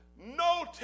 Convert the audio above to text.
no